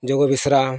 ᱡᱚᱜᱚ ᱵᱮᱥᱨᱟ